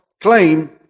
claim